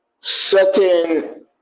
certain